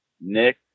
Nick